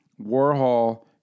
Warhol